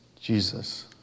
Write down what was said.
Jesus